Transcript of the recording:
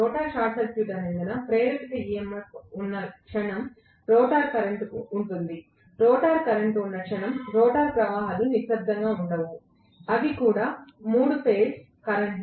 rotor short circuit అయినందున ప్రేరేపిత EMF ఉన్న క్షణం రోటర్ కరెంట్ ఉంటుంది రోటర్ కరెంట్ ఉన్న క్షణం రోటర్ ప్రవాహాలు నిశ్శబ్దంగా ఉండవు అవి కూడా 3 ఫేజ్ కరెంట్